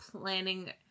planning